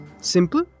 Simple